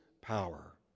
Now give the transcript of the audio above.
power